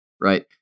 right